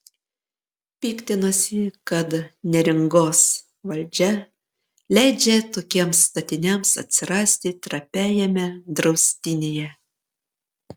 piktinosi kad neringos valdžia leidžia tokiems statiniams atsirasti trapiajame draustinyje